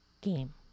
Game